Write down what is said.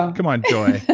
um come on joy.